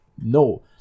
No